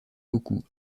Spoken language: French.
beaucoup